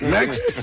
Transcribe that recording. Next